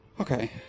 Okay